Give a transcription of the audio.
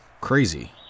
crazy